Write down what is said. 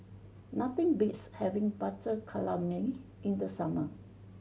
nothing beats having Butter Calamari in the summer